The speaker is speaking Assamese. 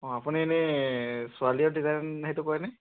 অঁ আপুনি এনেই ছোৱালীৰও ডিজাইন সেইটো কৰেনে